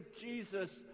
Jesus